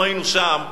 אנחנו היינו שם,